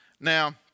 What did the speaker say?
Now